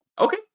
Okay